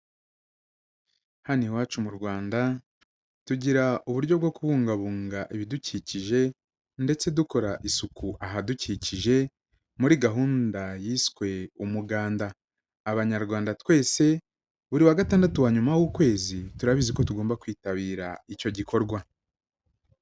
Hano iwacu mu Rwanda tugira uburyo bwo kubungabunga ibidukikije ndetse dukora isuku ahadukikije muri gahunda yiswe umuganda, abanyarwanda twese buri wa gatandatu wayuma w'ukwezi turabizi ko tugomba kwitabira icyo gikorwa.